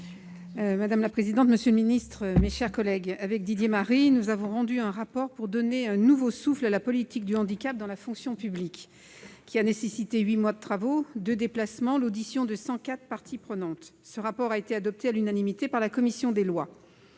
Madame la présidente, monsieur le secrétaire d'État, mes chers collègues, Didier Marie et moi-même avons rendu un rapport pour « donner un nouveau souffle à la politique du handicap dans la fonction publique », rapport qui a nécessité 8 mois de travaux, 2 déplacements et l'audition de 104 parties prenantes. Ce rapport a été adopté à l'unanimité par la commission des lois.